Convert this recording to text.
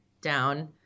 down